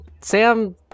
Sam